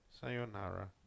Sayonara